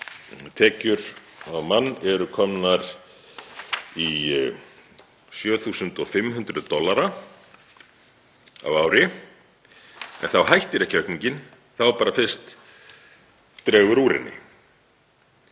þjóðartekjur á mann eru komnar í 7.500 dollara á ári. En þá hættir ekki aukningin, þá bara fyrst dregur úr henni.